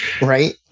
Right